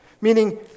Meaning